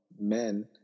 men